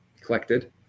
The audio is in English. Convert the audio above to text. collected